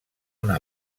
una